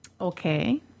Okay